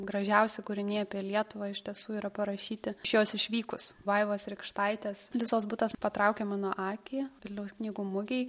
gražiausi kūriniai apie lietuvą iš tiesų yra parašyti iš jos išvykus vaivos rykštaitės lizos butas patraukė mano akį vilniaus knygų mugėj